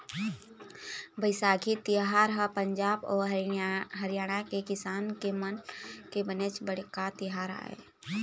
बइसाखी तिहार ह पंजाब अउ हरियाणा के किसान मन के बनेच बड़का तिहार आय